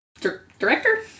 Director